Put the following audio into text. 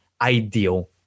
ideal